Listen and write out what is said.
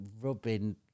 rubbing